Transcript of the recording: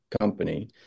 company